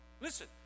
Listen